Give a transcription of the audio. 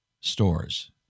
stores